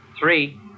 Three